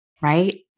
Right